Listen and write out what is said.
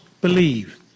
believe